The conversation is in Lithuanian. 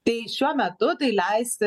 tai šiuo metu tai leis